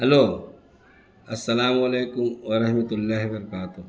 hello السلام علیکم و رحمۃ اللہ و برکاتہ